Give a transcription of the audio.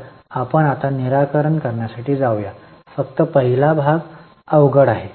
तर आपण आता निराकरण करण्यासाठी जाऊया फक्त पहिला भाग अवघड आहे